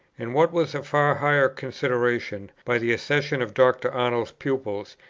and, what was a far higher consideration, by the accession of dr. arnold's pupils,